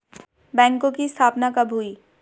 बैंकों की स्थापना कब हुई?